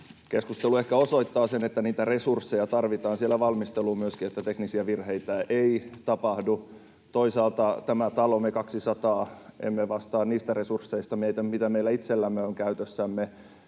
Keskustelu ehkä osoittaa sen, että niitä resursseja tarvitaan valmisteluun myöskin, jotta teknisiä virheitä ei tapahdu. Toisaalta tämä talomme ja me kaksisataa edustajaa emme vastaa niistä resursseista, mitä meillä itsellämme on käytössämme